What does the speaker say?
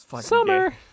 Summer